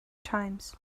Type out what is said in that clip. times